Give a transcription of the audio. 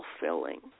fulfilling